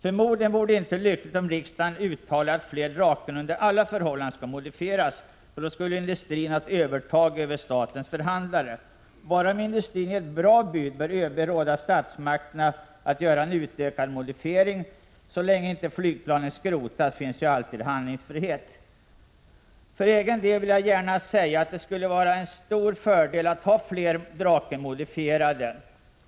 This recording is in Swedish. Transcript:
Förmodligen vore det inte lyckligt om riksdagen uttalade att fler Draken under alla förhållanden skall modifieras, för då skulle industrin ha ett övertag över statens förhandlare. Bara om industrin ger ett bra bud bör ÖB råda statsmakterna att göra en utökad modifiering. Så länge flygplanen inte skrotats finns ju alltid handlingsfrihet. För egen del vill jag gärna säga att det skulle vara en stor fördel att ha fler Draken modifierade.